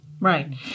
Right